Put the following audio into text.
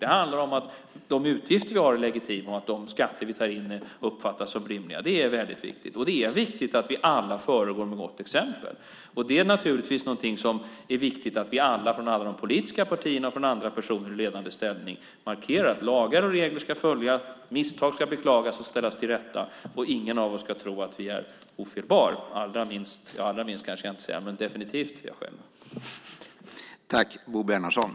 Det handlar om att de utgifter vi har är legitima och att de skatter vi tar in uppfattas som rimliga. Det är viktigt. Och det är viktigt att vi alla föregår med gott exempel. Det är naturligtvis viktigt att vi från alla politiska partier och andra personer i ledande ställning markerar att lagar och regler ska följas och att misstag ska beklagas och ställas till rätta. Ingen av oss ska tro att vi är ofelbara - definitivt inte jag själv.